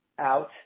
out